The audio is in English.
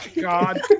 God